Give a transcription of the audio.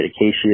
Acacia